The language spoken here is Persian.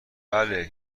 بله